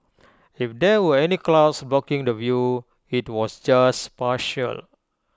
if there were any clouds blocking the view IT was just partial